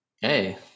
Hey